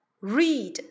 Read